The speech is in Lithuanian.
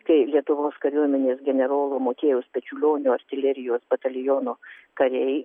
kai lietuvos kariuomenės generolo motiejaus pečiulionio artilerijos bataliono kariai